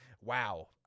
wow